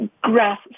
grass